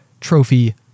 trophy